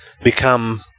become